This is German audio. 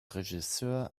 regisseur